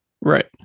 Right